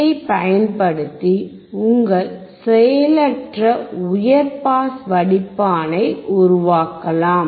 யைப் பயன்படுத்தி உங்கள் செயலற்ற உயர் பாஸ் வடிப்பானை உருவாக்கலாம்